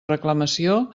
reclamació